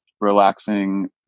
relaxing